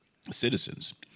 citizens